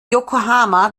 yokohama